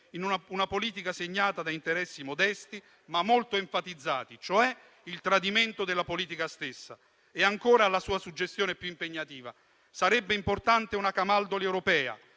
una politica segnata da interessi modesti, ma molto enfatizzati, cioè il tradimento della politica stessa. Ancora, la sua suggestione più impegnativa: sarebbe importante una Camaldoli europea,